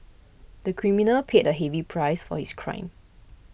the criminal paid a heavy price for his crime